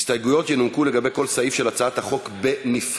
"הסתייגויות ינומקו לגבי כל סעיף של הצעת החוק בנפרד,